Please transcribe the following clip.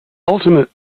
ultimate